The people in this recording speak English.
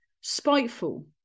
spiteful